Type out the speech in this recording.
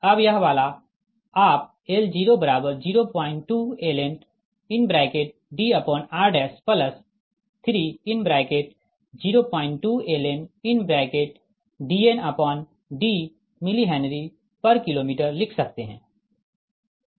अब यह वाला आप L002 ln Dr 302 ln DnD mHKm लिख सकते है